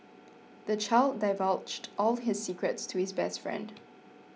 the child divulged all his secrets to his best friend